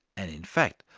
and in fact,